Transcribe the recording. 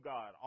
God